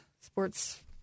sports